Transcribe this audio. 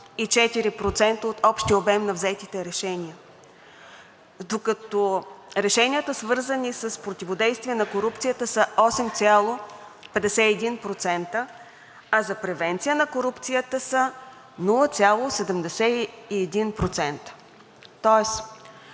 67,4% от общия обем на взетите решения. Докато решенията, свързани с противодействие на корупцията, са 8,51%, а за превенция на корупцията са 0,71%. Тоест